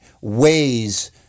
ways